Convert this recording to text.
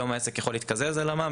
היום העסק יכול להתקזז על המע"מ,